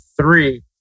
three